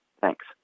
thanks